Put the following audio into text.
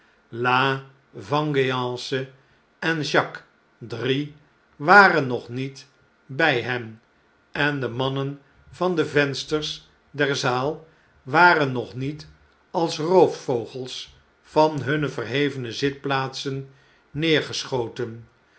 la vengeance en jacques drie waren nog niet bij hen en de mannen van de vensters der zaal waren nog niet als roofvogels van hunne verhevene zitplaatsen